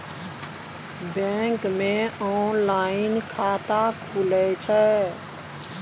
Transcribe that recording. Bank मे online खाता खुले छै?